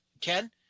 Ken